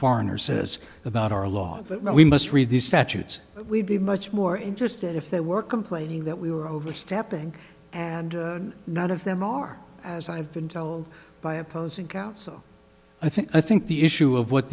foreigner says about our laws but we must read these statutes we'd be much more interested if they were complaining that we were overstepping and not of them are as i have been told by opposing counsel i think i think the issue of what